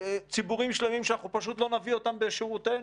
ציבורים שלמים שאנחנו פשוט לא נביא אותם בשירותנו?